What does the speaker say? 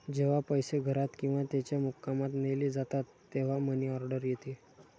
जेव्हा पैसे घरात किंवा त्याच्या मुक्कामात नेले जातात तेव्हा मनी ऑर्डर येते